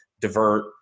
divert